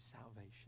salvation